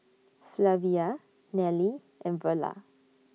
Flavia Nelly and Verla